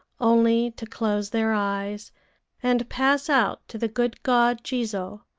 only to close their eyes and pass out to the good god jizo,